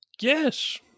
yes